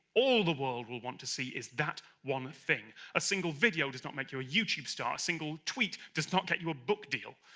all the world will want to see is that one thing. a single video does not make you a youtube star, a single tweet does not get you a book deal.